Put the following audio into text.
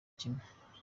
kimwe